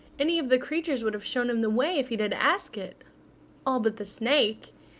any of the creatures would have shown him the way if he had asked it all but the snake.